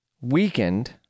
Weakened